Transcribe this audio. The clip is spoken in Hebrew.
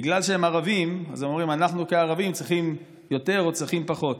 בגלל שהם ערבים אז הם אומרים: אנחנו כערבים צריכים יותר או צריכים פחות.